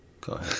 Go